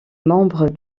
membres